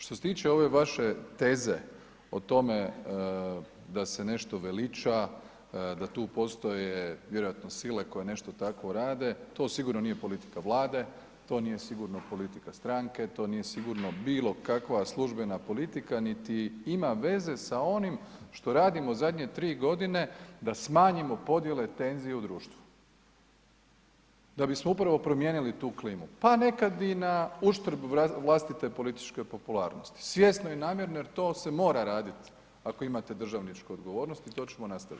Što se tiče ove vaše teze o tome da se nešto veliča, da tu postoje vjerojatno sile koje nešto takvo rade, to sigurno je politika Vlade, to nije sigurno politika stranke, to nije sigurno bilo kakva službena politika niti ima veze sa onim što radimo zadnje tri godine da smanjimo podjele tenzija u društvu, da bismo upravo promijenili tu klimu, pa nekad i na uštrb vlastite političke popularnosti, svjesno i namjerno jer to se mora raditi ako imate državničku odgovornost i to ćemo nastaviti.